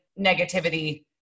negativity